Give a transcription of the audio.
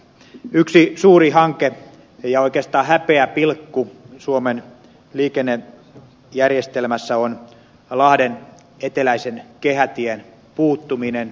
yksi suuri hanke ja oikeastaan häpeäpilkku suomen liikennejärjestelmässä on lahden eteläisen kehätien puuttuminen